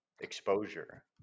exposure